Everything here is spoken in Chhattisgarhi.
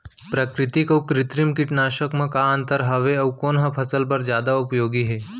प्राकृतिक अऊ कृत्रिम कीटनाशक मा का अन्तर हावे अऊ कोन ह फसल बर जादा उपयोगी हे?